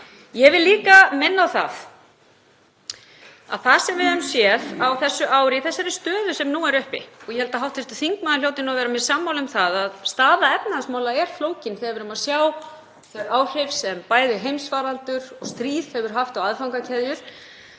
Ég vil líka minna á að það sem við höfum séð á þessu ári í þeirri stöðu sem nú er uppi — og ég held að hv. þingmaður hljóti að vera mér sammála um að staða efnahagsmála er flókin þegar við sjáum þau áhrif sem bæði heimsfaraldur og stríð hefur haft á aðfangakeðjuna